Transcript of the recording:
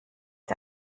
der